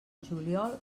juliol